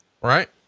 Right